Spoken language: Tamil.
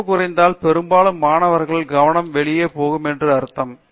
தொடர்பு குறைந்தால் பெரும்பாலும் மாணவர்கள் கவனம் வெளியே போகும் என்று அர்த்தம்